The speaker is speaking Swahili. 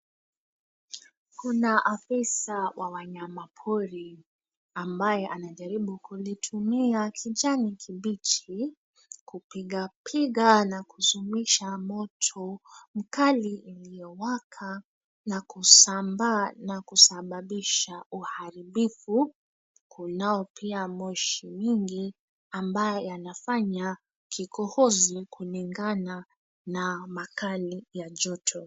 Kuna afisa wa wanyama pori ambaye anajaribu kulitumia kijani kibichi kupiga piga na kuzimisha moto mkali uliowaka na kusambaa na kusababisha uhalibifu. Kunao pia moshi mingi ambayo yanafanya kikohozi kulingana na makali ya joto.